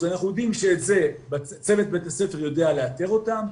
אנחנו יודעים שצוות בית הספר יודע לאתר אותם,